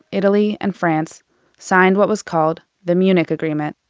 italy and france signed what was called the munich agreement.